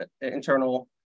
internal